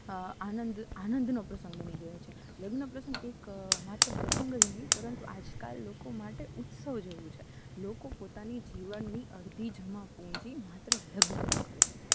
આનંદ આનંદનો પ્રસંગ બની ગયો છે લગ્ન પ્રસંગ એક માત્ર પ્રસંગ જ નહીં પરંતુ આજ કાલ લોકો માટે ઉત્સવ જેવું છે લોકો પોતાની જીવનની અડધી જમાપુંજી માત્ર લગ્નમાં ખર્ચે છે